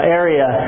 area